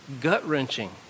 gut-wrenching